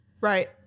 Right